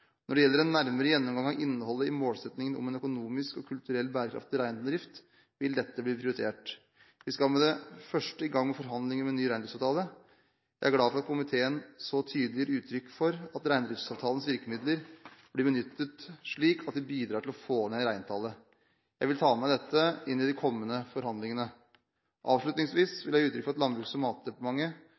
Når det gjelder en nærmere gjennomgang av innholdet i målsettingene om en økonomisk og kulturelt bærekraftig reindrift, vil dette bli prioritert. Vi skal med det første i gang med forhandlinger om ny reindriftsavtale. Jeg er glad for at komiteen så tydelig gir uttrykk for at reindriftsavtalens virkemidler blir benyttet slik at de bidrar til å få ned reintallet. Jeg vil ta med meg dette inn i de kommende forhandlingene. Avslutningsvis vil jeg gi uttrykk for at Landbruks- og matdepartementet